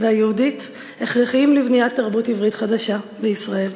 והיהודית הכרחיים לבניית תרבות עברית חדשה לישראל.